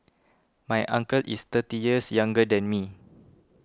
my uncle is thirty years younger than me